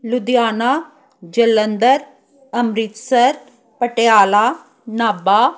Ludhiana Jalandhar Amritsar Patiala Nabha